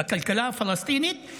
בכלכלה הפלסטינית,